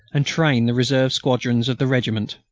and train the reserve squadrons of the regiment.